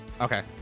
Okay